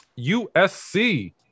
USC